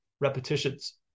repetitions